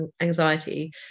anxiety